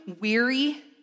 weary